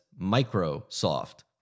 Microsoft